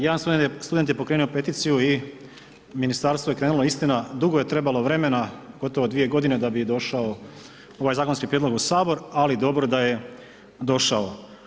Jedan student je pokrenuo peticiju i Ministarstvo je krenulo, istina dugo je trebalo vremena gotovo dvije godine da bi došao ovaj zakonski prijedlog u Sabor, ali dobro da je došao.